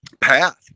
path